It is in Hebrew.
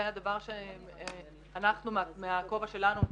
זה הדבר שאנחנו מהכובע שלנו,